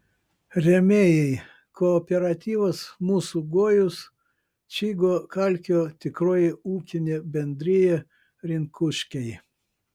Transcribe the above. rėmėjai kooperatyvas mūsų gojus čygo kalkio tikroji ūkinė bendrija rinkuškiai